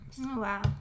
Wow